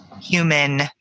human